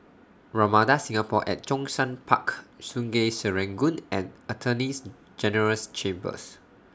Ramada Singapore At Zhongshan Park Sungei Serangoon and Attorney's General's Chambers